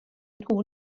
nhw